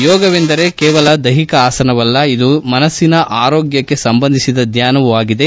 ಯೋಗವೆಂದರೆ ಕೇವಲ ದೈಹಿಕ ಆಸನವಲ್ಲ ಇದು ಮನಸ್ಸಿನ ಆರೋಗ್ಯಕ್ಕೆ ಸಂಬಂಧಿಸಿದ ಧ್ಯಾನವೂ ಆಗಿದೆ